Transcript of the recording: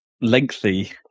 lengthy